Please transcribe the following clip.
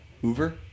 Hoover